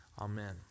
Amen